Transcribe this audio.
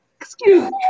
Excuse